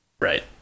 right